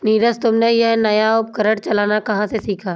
नीरज तुमने यह नया उपकरण चलाना कहां से सीखा?